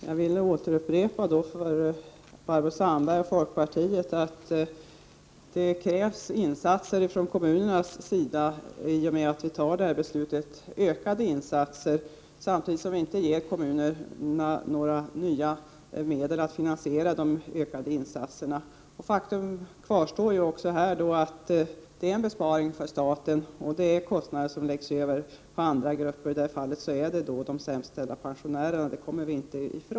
Herr talman! Jag vill åter upprepa för Barbro Sandberg och folkpartiet att det krävs ökade insatser från kommunernas sida i och med att vi fattade det här beslutet, samtidigt som vi inte ger kommunerna några nya medel för att finansiera de ökade insatserna. Faktum kvarstår att det är en besparing för staten och att kostnader läggs över på andra grupper — i det här fallet de sämst ställda pensionärerna. Det kommer vi inte ifrån.